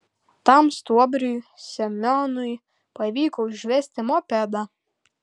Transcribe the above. tam stuobriui semionui pavyko užvesti mopedą